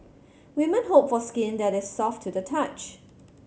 women hope for skin that is soft to the touch